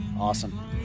Awesome